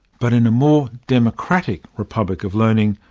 but in a more democratic republic of learning,